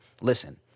listen